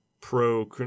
Pro